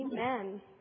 Amen